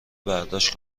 برداشت